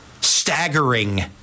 staggering